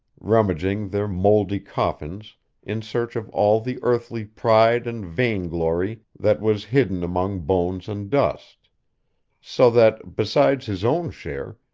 rummaging their mouldy coffins in search of all the earthly pride and vainglory that was hidden among bones and dust so that, besides his own share,